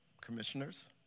commissioners